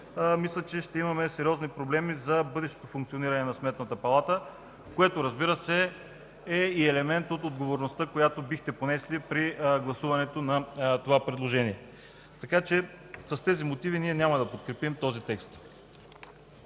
мисля, че ще имаме сериозни проблеми за бъдещото функциониране на Сметната палата, което, разбира се, е и елемент от отговорността, която бихте понесли при гласуването на това предложение. С тези мотиви ние няма да подкрепим този текст.